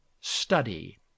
study